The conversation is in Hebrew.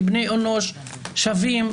כבני אנוש שווים.